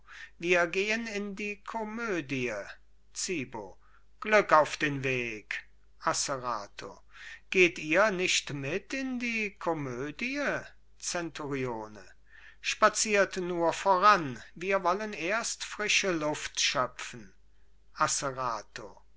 wir gehen in die komödie zibo glück auf den weg asserato geht ihr nicht mit in die komödie zenturione spaziert nur voran wir wollen erst frische luft schöpfen asserato